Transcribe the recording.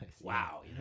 wow